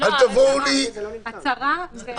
יהיה צריך לאסור את הפעילות עצמה.